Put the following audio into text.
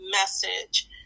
message